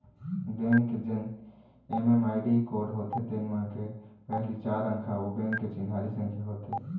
bank के जेन MMID code होथे तेन म के पहिली चार अंक ह ओ बेंक के चिन्हारी संख्या होथे